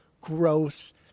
gross